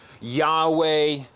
Yahweh